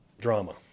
drama